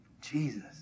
Jesus